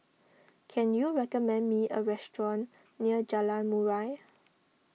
can you recommend me a restaurant near Jalan Murai